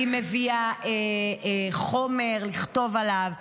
היא מביאה חומר לכתוב עליו.